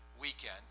weekend